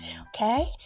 Okay